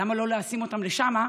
למה לא לשים אותם שם?